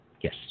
Yes